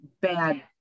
bad